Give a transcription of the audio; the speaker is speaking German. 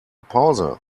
pause